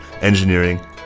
engineering